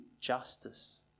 justice